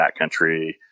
backcountry